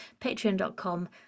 patreon.com